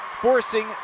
forcing